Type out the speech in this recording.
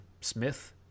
Smith